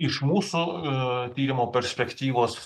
iš mūsų tyrimo perspektyvos